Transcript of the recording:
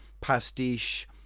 pastiche